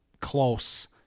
close